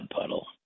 puddle